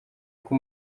uko